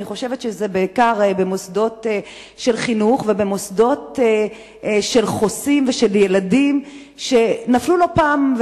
בעיקר במוסדות חינוך ובמוסדות של חוסים וילדים שנפלו לא פעם,